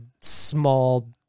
small